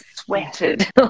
Sweated